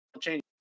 change